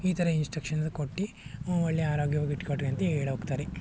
ಈ ಥರ ಇನ್ಸ್ಟ್ರಕ್ಷನ್ ಕೊಟ್ಟು ಒಳ್ಳೆಯ ಆರೋಗ್ಯವಾಗಿ ಇಟ್ಕೊಳ್ರಿ ಅಂತ ಹೇಳಿ ಹೋಗ್ತಾರೆ